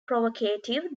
provocative